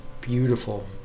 beautiful